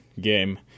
game